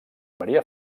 maria